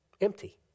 empty